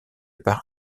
par